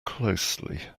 closely